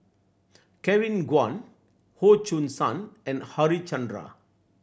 Kevin Kwan Goh Choo San and Harichandra